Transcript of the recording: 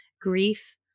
grief